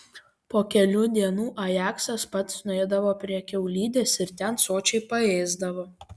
po kelių dienų ajaksas pats nueidavo prie kiaulidės ir ten sočiai paėsdavo